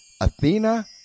Athena